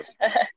Yes